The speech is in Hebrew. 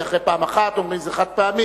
כי אחרי פעם אחת אומרים: זה חד-פעמי,